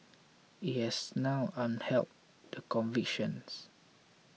it has now upheld the convictions